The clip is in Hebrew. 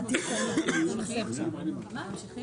ממשיכים?